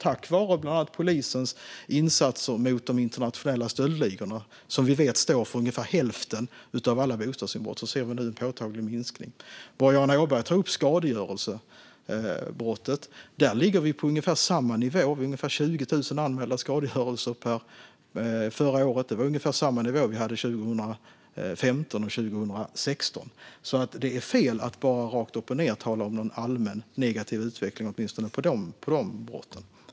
Tack vare polisens insatser mot de internationella stöldligorna, som vi vet står för ungefär hälften av alla bostadsinbrott, ser vi nu en påtaglig minskning. Boriana Åberg tar upp skadegörelsebrottet. Där ligger vi på ungefär samma nivå med ungefär 20 000 anmälda skadegörelser förra året. Det är ungefär samma nivå som vi hade 2015 och 2016. Det är alltså fel att bara tala om en allmän negativ utveckling, åtminstone när det gäller de brotten.